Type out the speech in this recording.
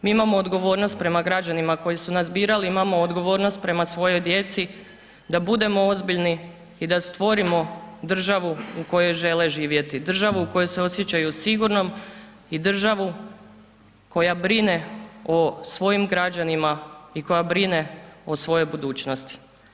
Mi imamo odgovornost prema građanima koji su nas birali, imamo odgovornost prema svojoj djeci da budemo ozbiljni i da stvorimo državu u kojoj žele živjeti, državu u kojoj se osjećaju sigurnom i državu koja brine o svojim građanima i koja brine o svojoj budućnosti.